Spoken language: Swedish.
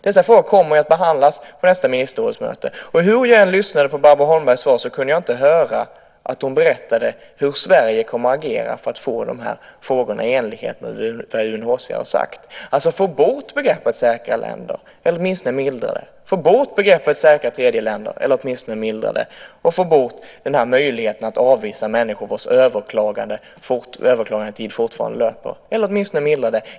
Dessa frågor kommer att behandlas på nästa ministerrådsmöte, och hur jag än lyssnade på vad Barbro Holmberg sade kunde jag inte höra att hon berättade hur Sverige kommer att agera för att få de här frågorna avgjorda i enlighet med vad UNHCR har sagt. De har alltså talat om att få bort begreppet "säkra länder", eller åtminstone mildra det, att få bort begreppet "säkra tredjeländer", eller åtminstone mildra det, och att få bort den här möjligheten att avvisa människor vilkas överklagandetid fortfarande löper, eller åtminstone mildra det.